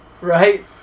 right